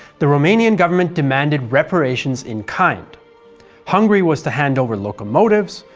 the romanian government demanded reparations in kind hungary was to hand over locomotives,